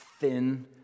thin